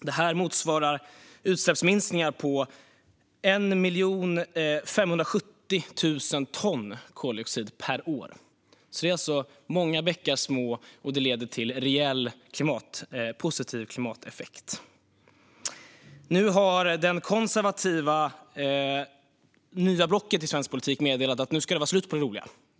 Det motsvarar utsläppsminskningar på 1 570 000 ton koldioxid per år. Det är alltså många bäckar små som leder till en rejält positiv klimateffekt. Nu har det nya konservativa blocket i svensk politik meddelat att det är slut på det roliga.